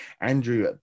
Andrew